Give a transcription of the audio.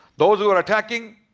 those who are attacking